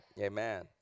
Amen